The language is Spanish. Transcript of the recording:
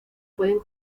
pueden